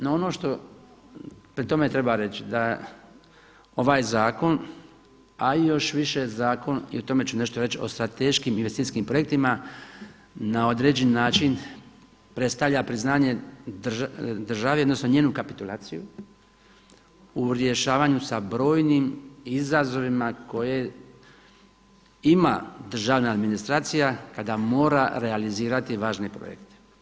No ono što pri tome treba reći da ovaj zakon a i još više zakon i o tome ću nešto reći o strateškim investicijskim projektima na određeni način predstavlja priznanje državi odnosno njenu kapitulaciju u rješavanju sa brojnim izazovima koje ima državna administracija kada mora realizirati važne projekte.